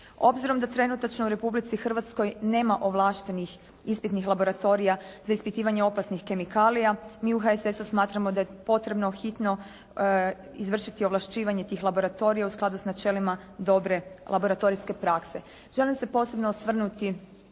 Obzirom da trenutačno u Republici Hrvatskoj nema ovlaštenih ispitnih laboratorija za ispitivanje opasnih kemikalija, mi u HSS-u smatramo da je potrebno hitno izvršiti ovlašćivanje tih laboratorija u skladu s načelima dobre laboratorijske prakse. Želim se posebno osvrnuti